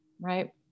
Right